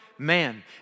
Man